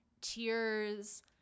tears